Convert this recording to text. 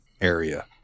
area